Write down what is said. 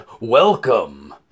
welcome